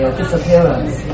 disappearance